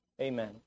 Amen